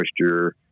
moisture